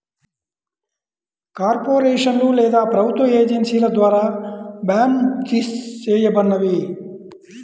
కార్పొరేషన్లు లేదా ప్రభుత్వ ఏజెన్సీల ద్వారా బాండ్సిస్ చేయబడినవి